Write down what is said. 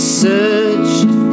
searched